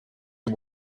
you